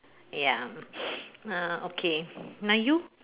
ya uh okay now you